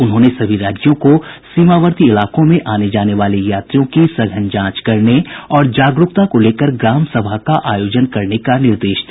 उन्होंने सभी राज्यों को सीमावर्ती इलाकों में आने जाने वाले यात्रियों की सघन जांच करने और जागरूकता को लेकर ग्राम सभा का आयोजन करने का निर्देश दिया